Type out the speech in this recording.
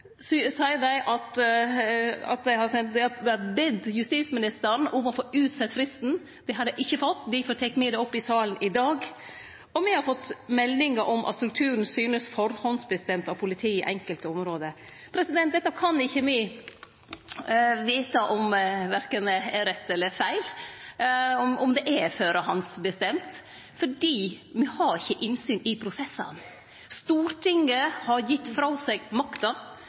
seier dei at dei har bede justisministeren om å få utsetje fristen. Det har dei ikkje fått, og difor tek me det opp i salen i dag, og me har fått meldingar om at strukturen synest førehandsbestemt av politiet i enkelte område. Dette kan ikkje me vete om er rett eller feil, om det er førehandsbestemt, fordi me ikkje har innsyn i prosessane. Stortinget har gitt frå seg makta.